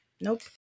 Nope